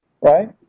right